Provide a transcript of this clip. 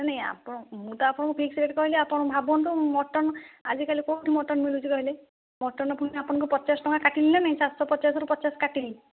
ନାଇଁ ନାଇଁ ଆପଣ ମୁଁ ତ ଆପଣଙ୍କୁ ଫିକ୍ସ ରେଟ୍ କହିଲି ଆପଣ ଭାବନ୍ତୁ ମଟନ୍ ଆଜିକାଲି କେଉଁଠି ମଟନ୍ ମିଳୁଛି କହିଲେ ମଟନ୍ ଫୁଣି ଆପଣଙ୍କୁ ପଚାଶ ଟଙ୍କା କାଟିଲି ନା ନାଇଁ ସାତଶ ପଚାଶରୁ ପଚାଶ କାଟିଲି